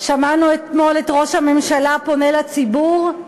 שמענו אתמול את ראש הממשלה פונה לציבור,